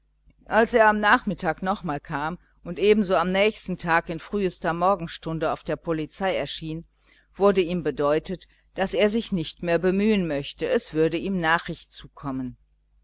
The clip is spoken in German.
als er aber am nachmittag nochmals kam und ebenso am nächsten tag in frühester morgenstunde auf der polizei erschien wurde ihm bedeutet daß er sich nicht mehr bemühen möchte es würde ihm nachricht zukommen